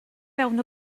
fewn